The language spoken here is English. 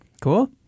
Cool